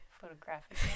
Photographic